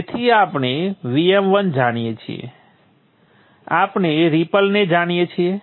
તેથી આપણે Vm1 જાણીએ છીએ આપણે રિપલને જાણીએ છીએ